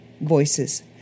voices